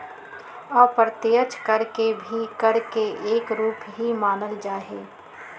अप्रत्यक्ष कर के भी कर के एक रूप ही मानल जाहई